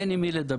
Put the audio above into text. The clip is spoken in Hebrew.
אין עם מי לדבר.